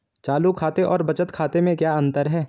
चालू खाते और बचत खाते में क्या अंतर है?